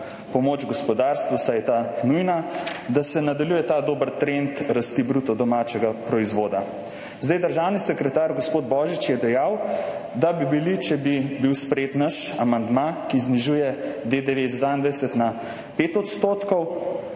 pomoč gospodarstvu, saj je ta nujna, da se nadaljuje ta dober trend rasti bruto domačega proizvoda. Zdaj državni sekretar gospod Božič je dejal, da bi bil, če bi bil sprejet naš amandma, ki znižuje DDV iz 22 % na 5 %,